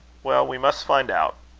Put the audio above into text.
well, we must find out.